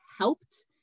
helped